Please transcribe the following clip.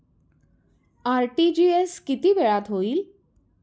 RTGS किती वेळात होईल?